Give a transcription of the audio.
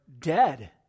dead